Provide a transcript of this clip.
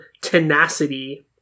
Tenacity